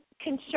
concern